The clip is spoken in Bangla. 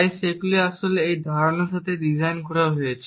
তাই সেগুলি আসলে এই ধারণার সাথে ডিজাইন করা হয়েছে